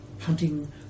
hunting